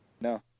No